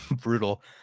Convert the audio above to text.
Brutal